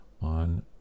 on